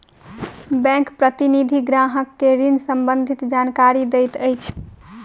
bank प्रतिनिधि ग्राहक के ऋण सम्बंधित जानकारी दैत अछि